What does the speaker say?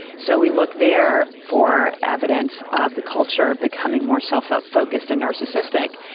so we look there for evidence of the culture becoming more self-focused and narcissistic.